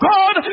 God